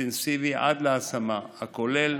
אינטנסיבי עד להשמה, הכולל